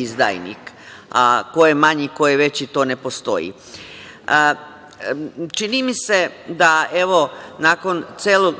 izdajnik, a ko je manji i ko je veći to ne postoji. Čini mi se da nakon celog…